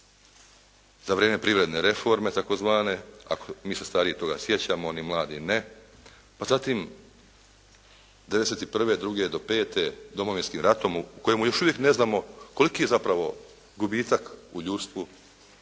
za vrijeme privredne reforme takozvane. Mi se stariji toga sjećamo, oni mladi ne. Pa zatim '91., druge do pete Domovinskim ratom u kojemu još uvijek ne znamo koliki je zapravo gubitak u ljudstvu.